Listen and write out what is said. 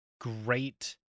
great